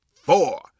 four